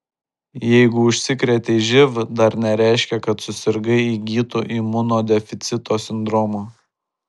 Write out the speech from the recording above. jeigu užsikrėtei živ dar nereiškia kad susirgai įgytu imunodeficito sindromu